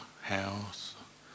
house